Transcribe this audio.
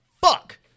fuck